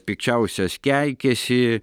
pikčiausias keikėsi